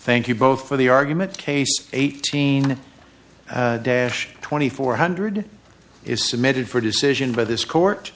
thank you both for the argument case eighteen dash twenty four hundred is submitted for decision by this court